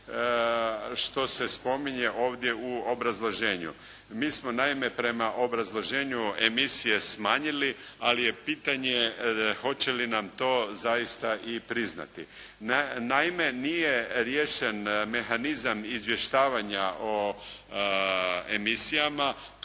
što se spominje ovdje u obrazloženju. Mi smo naime prema obrazloženju emisije smanjili, ali je pitanje hoće li nam to zaista i priznati. Naime nije riješen mehanizam izvještavanja o emisijama